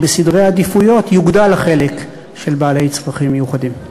שבסדרי העדיפויות יוגדל החלק של בעלי צרכים מיוחדים.